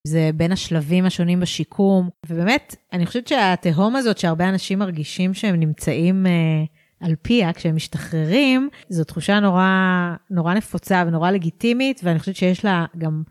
זה בין השלבים השונים בשיקום, ובאמת, אני חושבת שהתהום הזאת שהרבה אנשים מרגישים שהם נמצאים על פיה כשהם משתחררים, זו תחושה נורא נפוצה ונורא לגיטימית, ואני חושבת שיש לה גם...